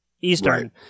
Eastern